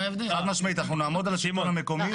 חד משמעית, אנחנו נעמוד על השלטון המקומי.